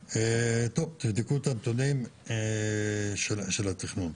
--- טוב, תבדקו את הנתונים של התכנון.